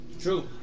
True